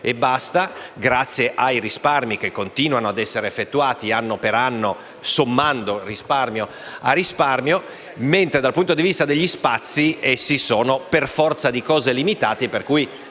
coperte dai risparmi che continuano ad essere effettuati anno per anno, sommando risparmio a risparmio. Dal punto di vista degli spazi, essi saranno, per forza di cose, limitati,